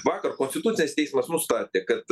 vakar konstitucinis teismas nustatė kad